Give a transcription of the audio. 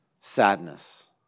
Sadness